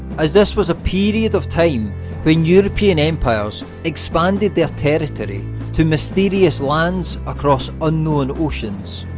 as this was a period of time when european empires expanded their territory to mysterious lands across unknown oceans,